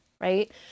right